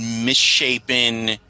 misshapen